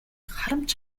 харамч